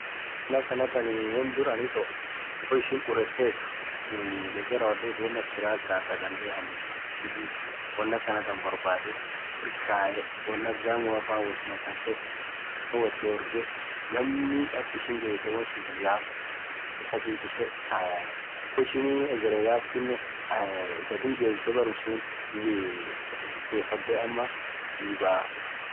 Won akhanathaa wonn dhurani tokk woishin urethethu dheke rawodhethu wonn akaa kirakhaa Kaa dhandhe aninn zibuni wonn akhanathan borbadhee irkae wonn akaa ghamuaffan woth matasee woth dorghee gammi akishin jebithe wonn suun hiyafne hakikishee kaaayaa wow ishin egheree yafthinen ghadhum jebise berrum suthi iii hodhee zibaaaaa